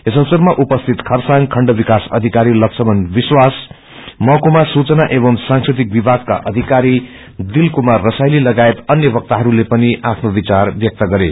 यस अवसरमा उपस्तित खरसाङ खण्ड विकास अधिकारी लक्ष्मण विश्वास महकुमा सूचना एवमू सांस्कृतिक विभागका अधिकारी दिल कुमार रासापूसी लागायत अन्य वक्ताहरूले पनि आफ्नो विचार व्यक्त गरे